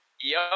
Yo